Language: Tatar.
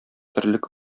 терлек